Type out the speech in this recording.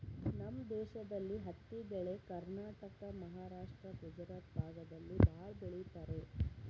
ನಮ್ ದೇಶದಲ್ಲಿ ಹತ್ತಿ ಬೆಳೆ ಕರ್ನಾಟಕ ಮಹಾರಾಷ್ಟ್ರ ಗುಜರಾತ್ ಭಾಗದಲ್ಲಿ ಭಾಳ ಬೆಳಿತರೆ